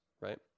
right